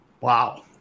Wow